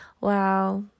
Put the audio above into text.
wow